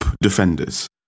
defenders